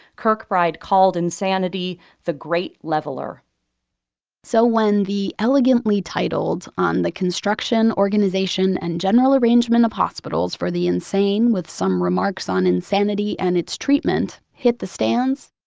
kirkbride called insanity insanity the great leveler so when the elegantly titled on the construction, organization and general arrangement of hospitals for the insane, with some remarks on insanity and its treatment' hit the stands,